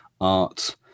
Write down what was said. art